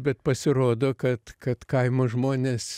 bet pasirodo kad kad kaimo žmonės